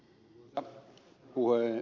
arvoisa puhemies